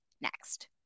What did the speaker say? next